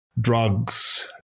drugs